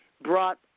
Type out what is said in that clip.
brought